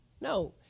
No